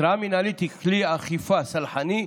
התראה מינהלית היא כלי אכיפה "סלחני",